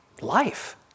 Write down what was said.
life